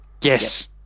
yes